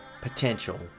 potential